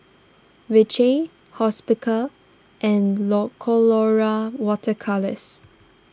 Vichy Hospicare and lo Colora Water Colours